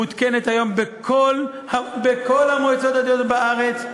מותקנת היום בכל המועצות הדתיות בארץ,